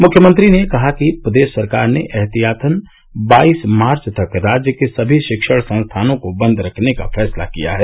मुख्यमंत्री ने कहा कि प्रदेश सरकार ने एहतियातन बाइस मार्च तक राज्य के सभी शिक्षण संस्थानों को बन्द रखने का फैसला किया है